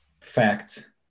fact